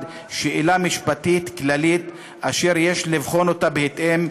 שאלה משפטית כללית אשר יש לבחון אותה בהתאם.